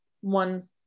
one